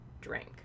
drink